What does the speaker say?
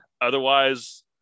otherwise